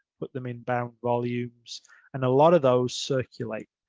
but the main bound volumes and a lot of those circulate.